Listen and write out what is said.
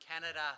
Canada